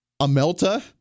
Amelta